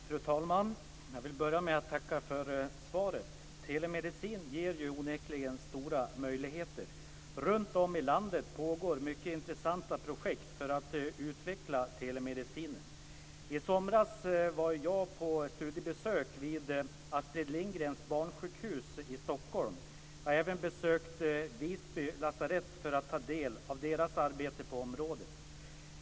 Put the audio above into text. Fru talman! Jag vill börja med att tacka för svaret. Telemedicin ger onekligen stora möjligheter. Runtom i landet pågår mycket intressanta projekt för att utveckla telemedicinen. I somras var jag på studiebesök vid Astrid Lindgrens barnsjukhus i Stockholm. Jag har även besökt Visby lasarett för att ta del av deras arbete på området.